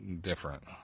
different